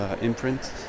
Imprint